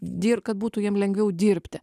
dir kad būtų jam lengviau dirbti